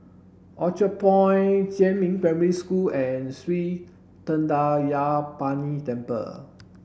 Orchard Point Jiemin Primary School and Sri Thendayuthapani Temple